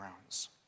grounds